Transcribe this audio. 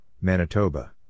Manitoba